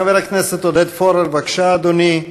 חבר הכנסת עודד פורר, בבקשה, אדוני.